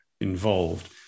involved